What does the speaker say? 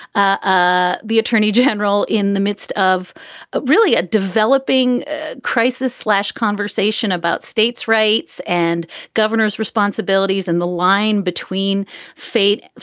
ah the attorney general in the midst of really a developing crisis slash conversation about states rights and governors responsibilities and the line between fate,